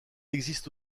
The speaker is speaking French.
existe